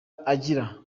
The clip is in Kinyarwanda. agira